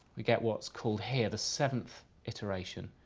we get what's called here the seventh iteration,